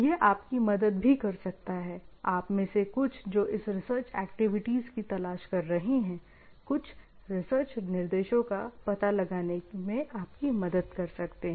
यह आपकी मदद भी कर सकता है आप में से कुछ जो इस रिसर्च एक्टिविटीज की तलाश कर रहे हैं कुछ रिसर्च निर्देशों का पता लगाने में आपकी मदद कर सकते हैं